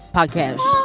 Podcast